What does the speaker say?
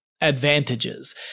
advantages